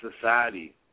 society